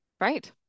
Right